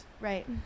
Right